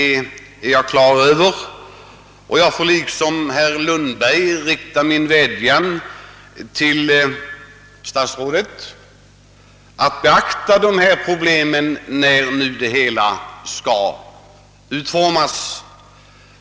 Jag får därför liksom herr Lundberg rikta en vädjan till statsrådet att beakta dessa problem när reglerna för naturvårdsverket skall utformas.